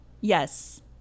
Yes